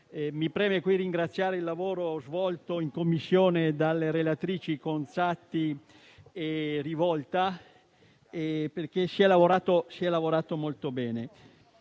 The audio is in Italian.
Mi prende qui ringraziare per il lavoro svolto in Commissione dalle relatrici Conzatti e Rivolta perché si è lavorato molto bene.